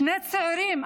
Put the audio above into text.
שני צעירים,